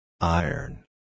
Iron